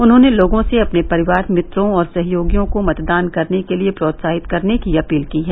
उन्होंने लोगों से अपने परिवार मित्रों और सहयोगियों को मतदान करने के लिए प्रोत्साहित करने की अपील की है